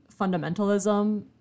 fundamentalism